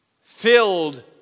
filled